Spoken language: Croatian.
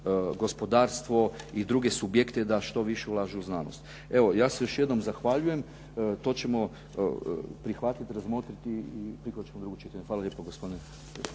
gospodarstvo i druge subjekte da što više ulažu u znanost. Evo, ja se još jednom zahvaljujem. To ćemo prihvatiti, razmotriti i prihvaćamo drugo čitanje. Hvala lijepo gospodine